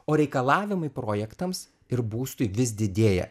o reikalavimai projektams ir būstui vis didėja